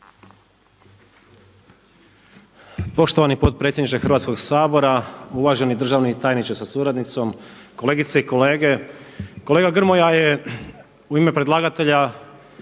Poštovani potpredsjedniče Hrvatskog sabora, uvaženi državni tajniče sa suradnicom, kolegice i kolege. Kolega Grmoja je u ime predlagatelja